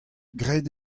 graet